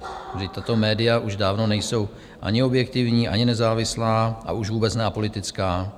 Vždyť tato média už dávno nejsou ani objektivní, ani nezávislá, a už vůbec ne apolitická.